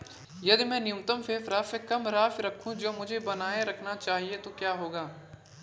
यदि मैं न्यूनतम शेष राशि से कम राशि रखूं जो मुझे बनाए रखना चाहिए तो क्या होगा?